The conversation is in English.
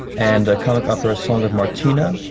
and a comic opera, song of martina.